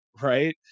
right